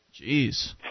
Jeez